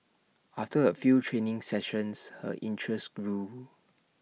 after A few training sessions her interest grew